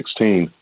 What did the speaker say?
2016